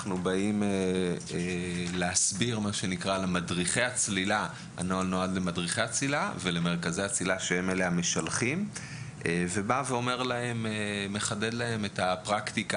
הנוהל נועד למדריכי הצלילה ולמרכזי הצלילה ובא לחדד להם את הפרקטיקה